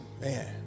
Man